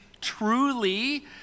truly